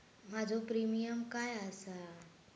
माझो प्रीमियम काय आसा?